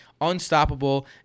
unstoppable